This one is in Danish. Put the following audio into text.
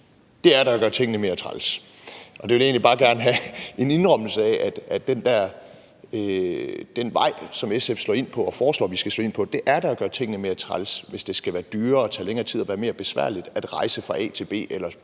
Det er da at gøre tingene mere træls. Jeg vil egentlig bare gerne have en indrømmelse af, at den vej, som SF slår ind på og foreslår vi skal slå ind på, da er at gøre tingene mere træls – hvis det skal være dyrere, tage længere tid og være mere besværligt at rejse fra A til B eller